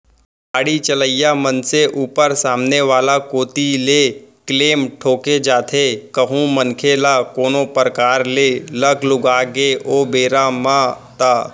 गाड़ी चलइया मनसे ऊपर सामने वाला कोती ले क्लेम ठोंके जाथे कहूं मनखे ल कोनो परकार ले लग लुगा गे ओ बेरा म ता